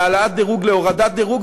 מהעלאת דירוג להורדת דירוג,